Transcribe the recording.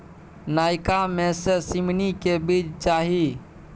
नयका में से झीमनी के बीज चाही?